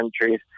countries